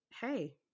Hey